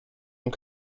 und